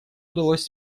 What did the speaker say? удалось